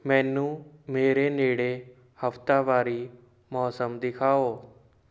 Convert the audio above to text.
ਮੈਨੂੰ ਮੇਰੇ ਨੇੜੇ ਹਫ਼ਤਾਵਾਰੀ ਮੌਸਮ ਦਿਖਾਓ